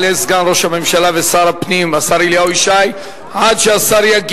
יעלה סגן ראש הממשלה ושר הפנים, השר אליהו ישי.